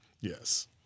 Yes